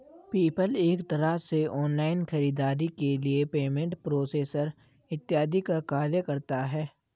PayPal एक तरह से ऑनलाइन खरीदारी के लिए पेमेंट प्रोसेसर इत्यादि का कार्य करता है